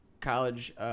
college –